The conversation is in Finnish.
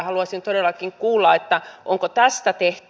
haluaisin todellakin kuulla onko tästä tehty